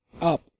up